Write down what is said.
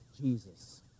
Jesus